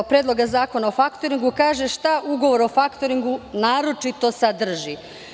Predloga zakona o faktoringu kaže – šta ugovor o faktoringu naročito sadrži.